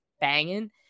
banging